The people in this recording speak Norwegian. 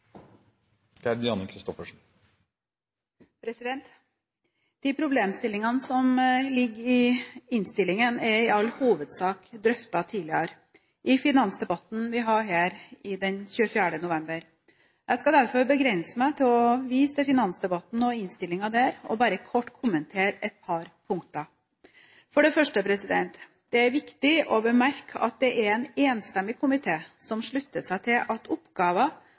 all hovedsak drøftet tidligere, i finansdebatten vi hadde her den 24. november. Jeg skal derfor begrense meg til å vise til finansdebatten og innstillingen der og bare kort kommentere et par punkter. For det første: Det er viktig å bemerke at det er en enstemmig komité som slutter seg til at